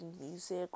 music